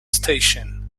station